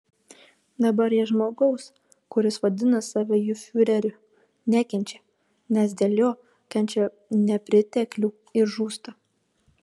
dabar jie žmogaus kuris vadina save jų fiureriu nekenčia nes dėl jo kenčia nepriteklių ir žūsta